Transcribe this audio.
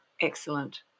Excellent